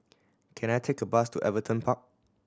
can I take a bus to Everton Park